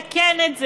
לתקן את זה.